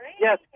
Yes